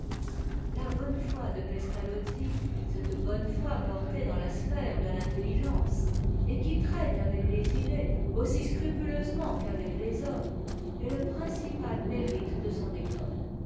la bonne foi de pestalozzi cette bonne foi portée dans la sphère de l'intelligence et qui traite avec les idées aussi scrupuleusement qu'avec les hommes est le principal mérite de son éco